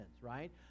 right